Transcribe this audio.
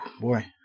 boy